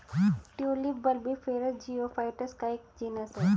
tulip bulbiferous geophytes का एक genus है